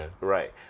Right